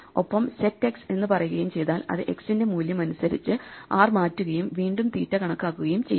ഒപ്പം set x എന്ന് പറയുകയും ചെയ്താൽ അത് x ന്റെ മൂല്യം അനുസരിച്ച് r മാറ്റുകയും വീണ്ടും തീറ്റ കണക്കാക്കുകയും ചെയ്യും